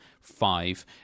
five